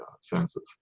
senses